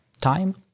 Time